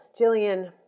Jillian